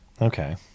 okay